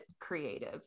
creative